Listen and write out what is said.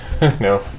No